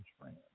friend